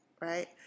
right